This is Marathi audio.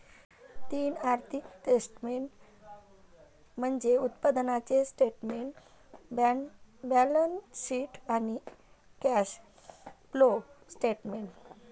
तीन आर्थिक स्टेटमेंट्स म्हणजे उत्पन्नाचे स्टेटमेंट, बॅलन्सशीट आणि कॅश फ्लो स्टेटमेंट